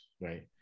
right